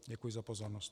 Děkuji za pozornost.